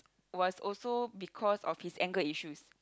was also because of his anger issues